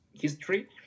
history